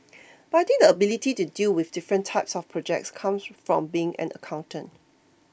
but I think the ability to deal with different types of projects comes from being an accountant